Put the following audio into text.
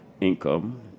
income